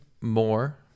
more